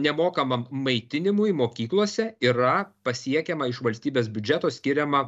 nemokamam maitinimui mokyklose yra pasiekiama iš valstybės biudžeto skiriama